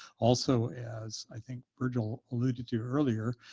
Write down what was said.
also as i think virgil alluded to earlier,